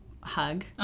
hug